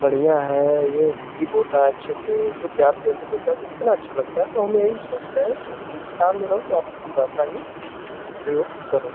बढ़ियाँ है यह हिन्दी बोल रहा है अच्छे से जो प्यार से हिन्दी बोलता है तो कितना अच्छा लगता है तो हम यही सोचते हैं कि हिन्दुस्तान में रहो तो आप हिन्दी भाषा ही प्रयोग करो